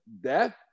death